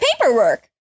paperwork